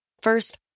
First